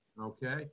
Okay